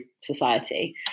society